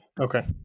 Okay